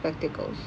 spectacles